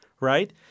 right